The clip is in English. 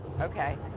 Okay